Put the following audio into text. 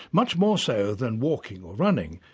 much more so than walking or running,